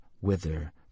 whither